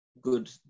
good